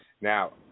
Now